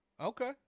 okay